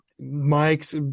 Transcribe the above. Mike's